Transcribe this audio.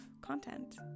content